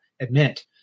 admit